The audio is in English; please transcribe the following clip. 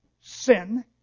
sin